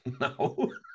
no